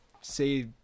say